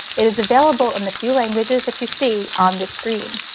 it is available in the few languages that you see on the screen.